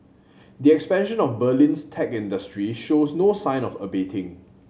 the expansion of Berlin's tech industry shows no sign of abating